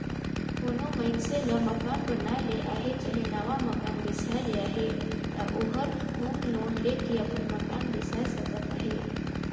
कोनो मइनसे ल मकान बनाए ले अहे चहे नावा मकान बेसाए ले अहे ता ओहर होम लोन लेके अपन मकान बेसाए सकत अहे